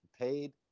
Paid